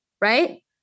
right